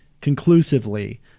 conclusively